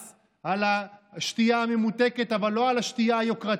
מס על השתייה הממותקת אבל לא על השתייה היוקרתית,